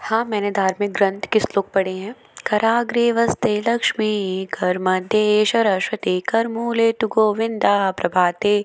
हाँ मैंने धार्मिक ग्रंथ के श्लोक पढ़े हैं कराग्रे वस्ते लक्ष्मी कर मध्ये सरश्वती कर मुले तू गोविंदा प्रभाते